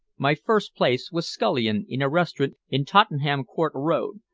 my first place was scullion in a restaurant in tottenham court road,